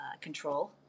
control